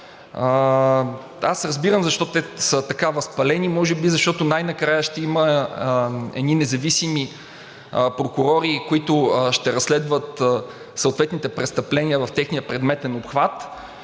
Аз разбирам защо те са така възпалени. Може би, защото най-накрая ще има едни независими прокурори, които ще разследват съответните престъпления в техния предметен обхват,